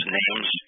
names